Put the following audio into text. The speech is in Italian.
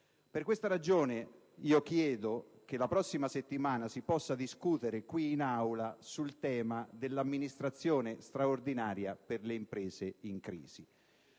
Per questa ragione chiedo che la prossima settimana si possa discutere qui in Aula del tema relativo all'amministrazione straordinaria per le imprese in crisi,